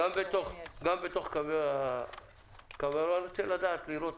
אני רוצה לראות